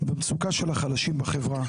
במצוקה של החלשים בחברה,